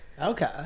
Okay